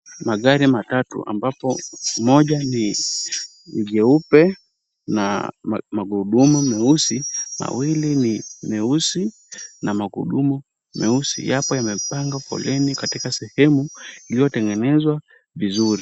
Magari matatu ambapo moja ni jeupe na magurudumu meusi na mawili ni meusi na magurudumu meusi, yako yamepangwa foleni katika sehemu iliyotengenezwa vizuri.